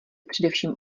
především